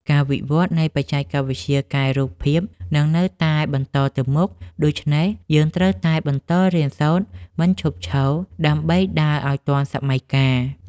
ការវិវត្តន៍នៃបច្ចេកវិទ្យាកែរូបភាពនឹងនៅតែបន្តទៅមុខ ដូច្នេះយើងត្រូវតែបន្តរៀនសូត្រមិនឈប់ឈរដើម្បីដើរឱ្យទាន់សម័យកាល។